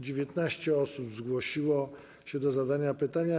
19 osób zgłosiło się do zadania pytania.